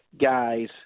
guys